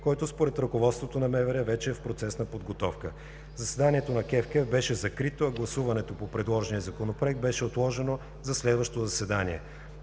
който според ръководството на МВР вече е в процес на подготовка. Заседанието на КЕВКЕФ беше закрито, а гласуването по предложения Законопроект беше отложено за следващо заседание.